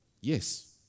Yes